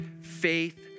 Faith